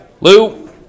Lou